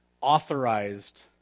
authorized